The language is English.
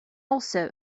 also